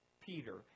Peter